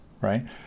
right